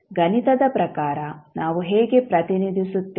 ಗಣಿತದ ಪ್ರಕಾರ ನಾವು ಹೇಗೆ ಪ್ರತಿನಿಧಿಸುತ್ತೇವೆ